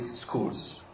schools